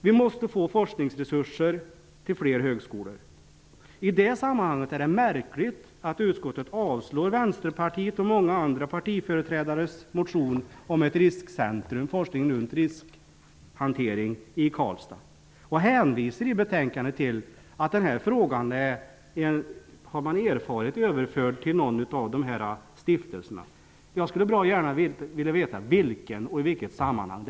Vi måste få forskningsresurser till fler högskolor. I det sammanhanget är det märkligt att utskottet avstyrker Vänsterpartiets och många andra partiföreträdares motion om forskning kring riskhantering i Karlstad. I betänkandet hänvisas till att den frågan, enligt vad man har erfarit, har överförts till någon av stiftelserna. Jag skulle bra gärna vilja veta vilken och i vilket sammanhang.